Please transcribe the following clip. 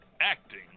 acting